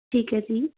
ਠੀਕ ਹੈ ਜੀ